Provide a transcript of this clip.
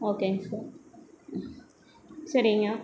ஓகேங்க சார் சரிங்க